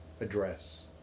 address